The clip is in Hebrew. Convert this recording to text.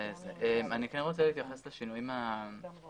אני כן רוצה להתייחס לשינויים המהותיים.